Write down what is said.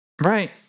Right